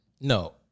No